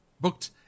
booked